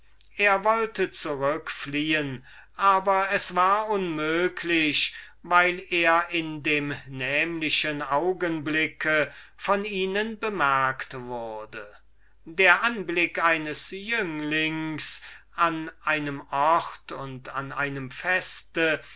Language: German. er wollte zurück fliehen aber es war unmöglich weil er in eben dem augenblick da er sie erblickte von ihnen bemerkt worden war der unerwartete anblick eines jüngling an einem ort und bei einem feste